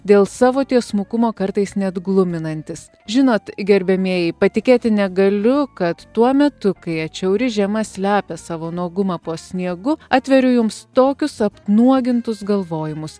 dėl savo tiesmukumo kartais net gluminantis žinot gerbiamieji patikėti negaliu kad tuo metu kai atšiauri žiema slepia savo nuogumą po sniegu atveriu jums tokius apnuogintus galvojimus